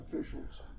officials